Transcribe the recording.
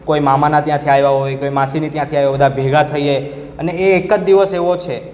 કોઈ મામાના ત્યાંથી આવ્યા હોય કોઈ માસીને ત્યાંથી આવ્યા હોય બધા ભેગા થઈએ અને એ એક જ દિવસ એવો છે